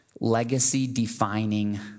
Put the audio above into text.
legacy-defining